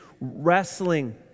wrestling